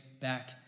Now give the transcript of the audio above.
back